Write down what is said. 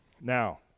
Now